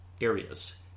areas